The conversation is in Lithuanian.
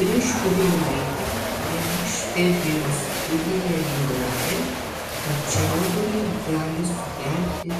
prieš kurį laiką viena švedijos studija įrodė kad čiaudulį gali sukelti